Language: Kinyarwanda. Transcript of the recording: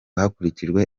hakurikijwe